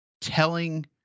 telling